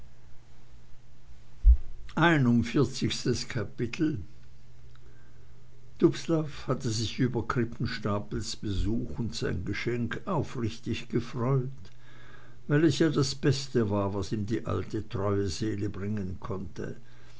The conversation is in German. einundvierzigstes kapitel dubslav hatte sich über krippenstapels besuch und sein geschenk aufrichtig gefreut weil es ja das beste war was ihm die alte treue seele bringen konnte